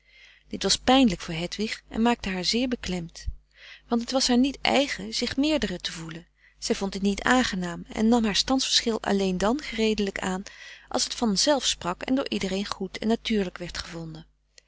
dit was pijnlijk voor hedwig en maakte haar zeer beklemd want het was haar niet eigen zich meerdere te voelen zij vond dit niet aangenaam en nam haar standsverschil alleen dan gereedelijk aan als het van zelf sprak en door iedereen goed en natuurlijk werd gevonden